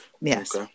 yes